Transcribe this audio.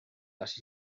las